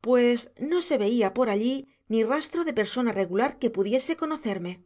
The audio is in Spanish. pues no se veía por allí ni rastro de persona regular que pudiese conocerme